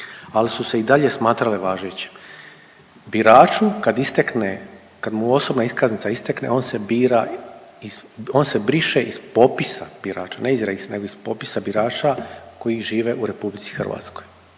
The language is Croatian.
ali su se i dalje smatrale važećom. Biraču kad istekne, kad mu osobna iskaznica istekne on se bira, on se briše iz popisa birača, ne iz registra nego iz popisa birača koji žive u RH. A mi smo